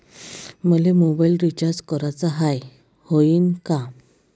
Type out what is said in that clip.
मले mobile recharge कराचा हाय, होईनं का?